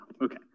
okay